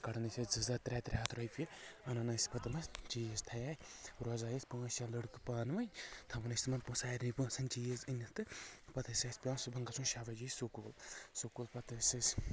کڑان ٲسۍ أسۍ زٕ زٕ ہتھ ترٛےٚ ترٛےٚ ہتھ رۄپیہِ انان ٲسۍ پتہٕ اتھ چیٖز تھاے روزے أسۍ پانٛژھ شیٚے لڑکہٕ پانہٕ ؤنۍ تھاوان ٲسۍ تٕمن سارنٕے پۄنٛسن چیٖز أنِتھ تہٕ پتہٕ اوس اسہِ پٮ۪وان صُبحن گژھُن شیٚے بجے سکوٗل سکوٗل پتہٕ ٲسۍ أسۍ